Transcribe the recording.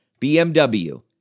BMW